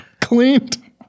Cleaned